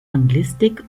anglistik